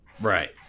Right